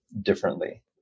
differently